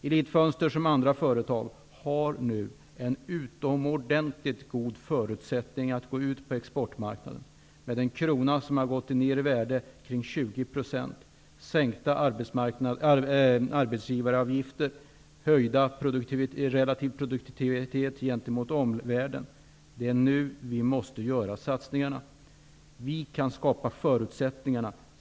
Elit-Fönster har nu, som andra företag, en utomordentligt god förutsättning att gå ut på exportmarknaden. Kronan har gått ner i värde ungefär 20 %. Arbetsgivaravgifterna har sänkts. Produktiviteten har höjts gentemot omvärlden. Det är nu vi måste göra satsningarna. Vi kan skapa förutsättningarna.